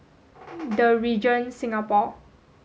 The Regent Singapore